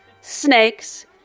snakes